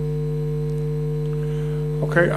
אוקיי.